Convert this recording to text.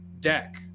deck